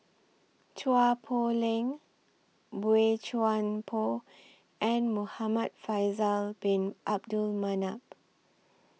Chua Poh Leng Boey Chuan Poh and Muhamad Faisal Bin Abdul Manap